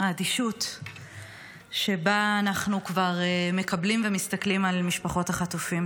האדישות שבה אנחנו כבר מקבלים ומסתכלים על משפחות החטופים.